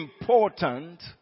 important